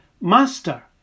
Master